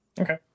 Okay